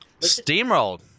Steamrolled